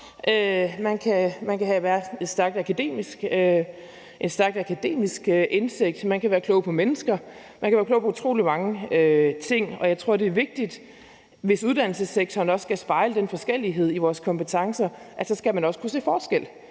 Man kan have en stærk akademisk indsigt, man kan være klog på mennesker, man kan være klog på utrolig mange ting. Jeg tror, det er vigtigt, hvis uddannelsessektoren også skal afspejle den forskellighed i vores kompetencer, at man også skal kunne se forskel.